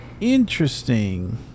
interesting